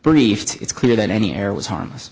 brief it's clear that any error was harmless